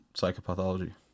psychopathology